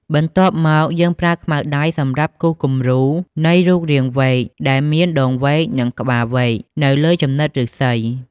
បន្ទាប់់មកយើង ប្រើខ្មៅដៃសម្រាប់គូសគម្រូនៃរូបរាងវែក ដែលមាន ដងវែក និង ក្បាលវែក នៅលើចំណិតឫស្សី។